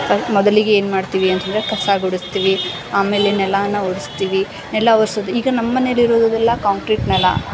ಮೊದಲಿಗೆ ಏನು ಮಾಡ್ತೀವಿ ಅಂತಂದ್ರೆ ಕಸ ಗುಡಿಸ್ತೀವಿ ಆಮೇಲೆ ನೆಲಾನ ಒರೆಸ್ತೀವಿ ನೆಲ ಒರ್ಸೋದು ಈಗ ನಮ್ಮನೆಯಲ್ಲಿ ಇರುದೆಲ್ಲ ಕಾಂಕ್ರೀಟ್ ನೆಲ